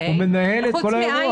הוא מנהל את כל האירוע.